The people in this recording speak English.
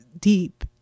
deep